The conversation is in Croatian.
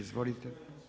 Izvolite.